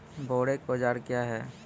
बोरेक औजार क्या हैं?